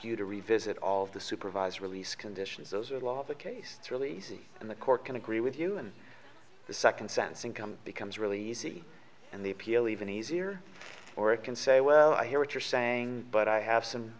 you to revisit all of the supervised release conditions those are the law of the case it's really easy and the court can agree with you in the second sense income becomes really easy and the appeal even easier or it can say well i hear what you're saying but i have some